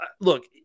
look